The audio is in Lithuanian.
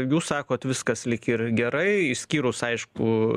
jūs sakot viskas lyg ir gerai išskyrus aišku